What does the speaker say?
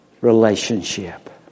Relationship